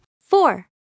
Four